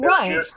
Right